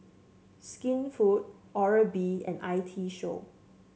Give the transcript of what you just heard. Skinfood Oral B and I T Show